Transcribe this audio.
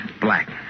Black